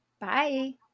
Bye